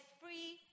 free